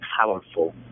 powerful